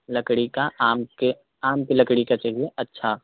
लकड़ी का आम के आम की लकड़ी का चाहिए अच्छा